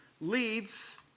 leads